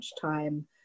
time